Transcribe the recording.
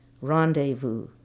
rendezvous